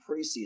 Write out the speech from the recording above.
preseason